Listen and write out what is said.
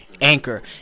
Anchor